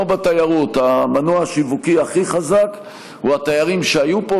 כמו בתיירות: המנוע השיווקי הכי חזק הוא התיירים שהיו פה